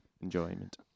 enjoyment